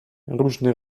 różne